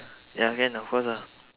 ya can of course ah